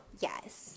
Yes